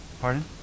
Pardon